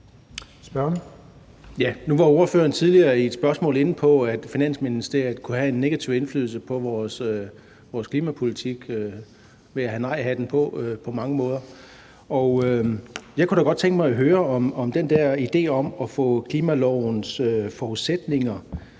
Nu var ordføreren tidligere i et spørgsmål inde på, at Finansministeriet kunne have en negativ indflydelse på vores klimapolitik ved at have nejhatten på på mange måder. Jeg kunne da godt tænke mig at høre om den der idé om at få klimalovens forudsætninger